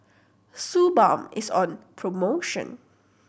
Suu Balm is on promotion